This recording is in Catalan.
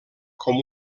com